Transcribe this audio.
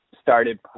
started